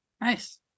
Nice